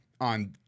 on